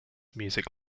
music